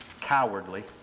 cowardly